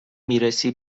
میرسی